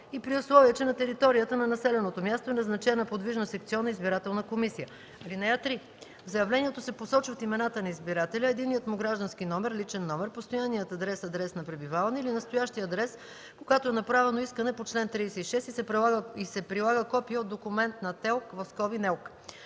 и при условие че на територията на населеното място е назначена подвижна секционна избирателна комисия. (3) В заявлението се посочват имената на избирателя, единният му граждански номер (личен номер), постоянният адрес (адрес на пребиваване) или настоящият адрес, когато е направено искане по чл. 36, и се прилага копие от документ на ТЕЛК (НЕЛК).